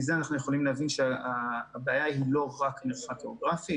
מזה אנחנו יכולים להבין שהבעיה היא לא רק מרחק גיאוגרפי.